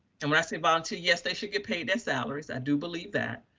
and when i say volunteer, yes, they should get paid their salaries. i do believe that,